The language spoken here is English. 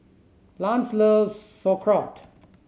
Lance loves Sauerkraut